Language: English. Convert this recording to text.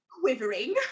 quivering